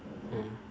mm